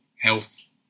health